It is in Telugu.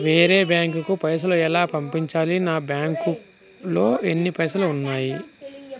వేరే బ్యాంకుకు పైసలు ఎలా పంపించాలి? నా బ్యాంకులో ఎన్ని పైసలు ఉన్నాయి?